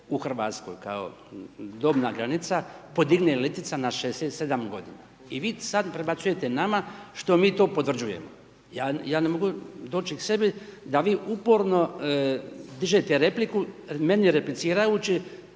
u Hrvatskoj dobna granica podigne letvica na 6-7 g. I vi sada prebacujete nama što mi to potvrđujemo. Ja ne mogu doći k sebi da vi uporno dižete repliku meni replicirajući,